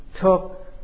took